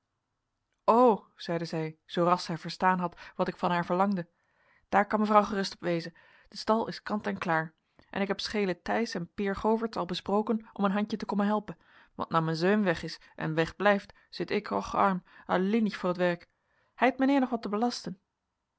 o zeide zij zoo ras zij verstaan had wat ik van haar verlangde daar kan mevrouw gerust op wezen de stal is kant en klaar en ik heb schelen thijs en peer govertz al besproken om een handje te kommen helpen want nou men zeun weg is en weg blijft zit ik och arm allienig voor het werk heit meneer nog wat te belasten